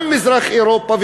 גם מזרח-אירופה,